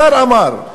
השר אמר,